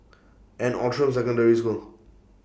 and Outram Secondary School